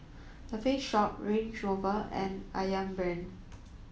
The Face Shop Range Rover and Ayam Brand